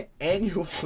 annual